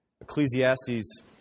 Ecclesiastes